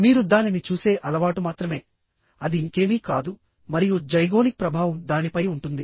మీరు దానిని చూసే అలవాటు మాత్రమే అది ఇంకేమీ కాదు మరియు జైగోనిక్ ప్రభావం దానిపై ఉంటుంది